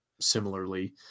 similarly